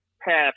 past